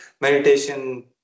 meditation